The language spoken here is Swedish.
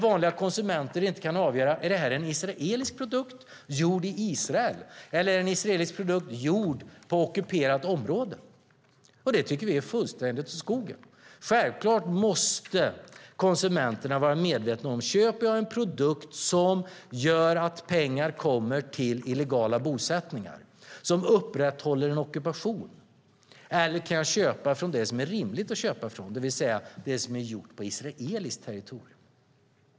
Vanliga konsumenter kan inte avgöra om det är en israelisk produkt gjord i Israel eller om det är en israelisk produkt gjord på ockuperat område. Det tycker vi är fullständigt åt skogen. Självklart måste konsumenterna vara medvetna om skillnaden om de köper en produkt som gör att pengarna kommer till illegala bosättningar som upprätthåller en ockupation och om de köper det som är rimligt att köpa, det vill säga det som är gjort på israeliskt territorium.